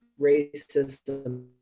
racism